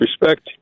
respect